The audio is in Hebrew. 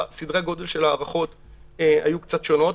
סדרי הגודל של ההארכות היו קצת שונים,